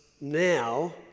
now